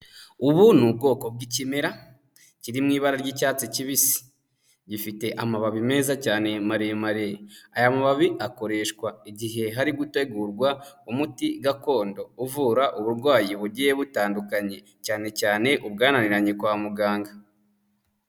Ubu ni ubwoko bw'ikimera kiri mu ibara ry'icyatsi kibisi, gifite amababi meza cyane maremare, aya mababi akoreshwa igihe hari gutegurwa umuti gakondo uvura uburwayi bugiye butandukanye, cyane cyane ubwananiranye kwa muganga.